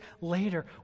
later